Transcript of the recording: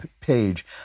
page